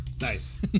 nice